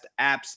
apps